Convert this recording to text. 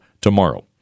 tomorrow